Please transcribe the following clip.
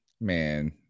Man